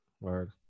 word